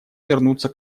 вернуться